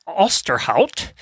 Osterhout